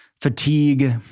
fatigue